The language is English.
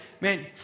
man